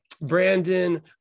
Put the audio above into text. Brandon